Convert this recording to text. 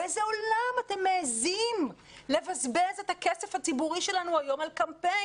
באיזה עולם אתם מעזים לבזבז את הכסף הציבורי שלנו היום על קמפיין?